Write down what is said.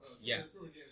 Yes